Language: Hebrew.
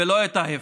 ולא את ההפך.